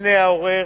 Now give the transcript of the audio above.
בפני העורר,